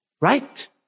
right